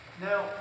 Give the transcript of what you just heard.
Now